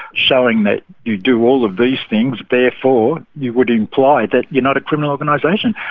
showing that you do all of these things. therefore you would imply that you're not a criminal organisation.